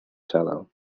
cello